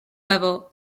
level